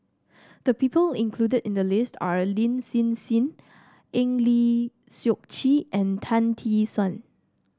the people included in the list are Lin Hsin Hsin Eng Lee Seok Chee and Tan Tee Suan